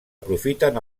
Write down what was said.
aprofiten